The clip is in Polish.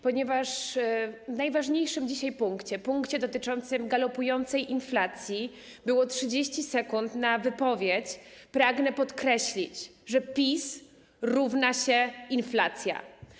Ponieważ w najważniejszym dzisiaj punkcie, punkcie dotyczącym galopującej inflacji, było 30 sekund na wypowiedź, pragnę podkreślić, że PiS równa się inflacja.